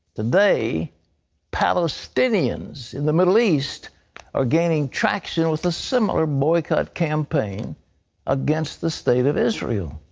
today palestinians in the middle east are gaining traction with a similar boycott campaign against the state of israel.